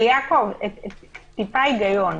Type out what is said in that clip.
טיפה היגיון.